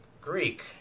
Greek